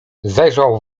zajrzał